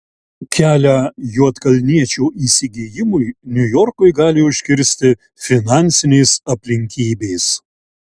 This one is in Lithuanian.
kelią juodkalniečio įsigijimui niujorkui gali užkirsti finansinės aplinkybės